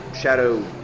Shadow